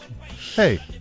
hey